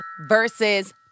versus